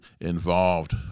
involved